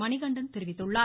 மணிகண்டன் தெரிவித்துள்ளார்